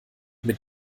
mit